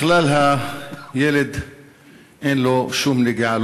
בכלל לילד אין שום נגיעה,